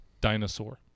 dinosaur